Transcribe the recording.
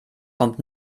kommt